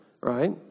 right